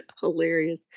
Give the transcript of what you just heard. Hilarious